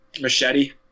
machete